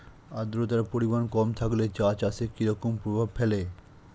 আদ্রতার পরিমাণ কম থাকলে চা চাষে কি রকম প্রভাব ফেলে?